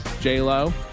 j-lo